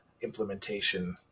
implementation